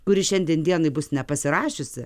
kuri šiandien dienai bus nepasirašiusi